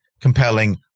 compelling